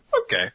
okay